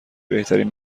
بهترین